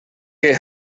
que